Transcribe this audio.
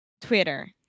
Twitter